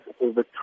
over